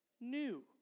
New